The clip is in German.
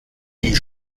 die